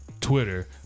Twitter